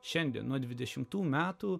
šiandien nuo dvidešimtų metų